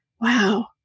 Wow